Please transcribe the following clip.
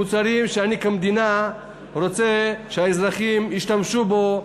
מוצרים שאני כמדינה רוצה שהאזרחים ישתמשו בהם,